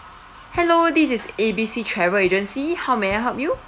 hello this is A B C travel agency how may I help you